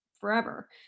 forever